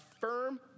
firm